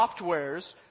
softwares